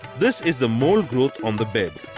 this is the mould growth on the bed.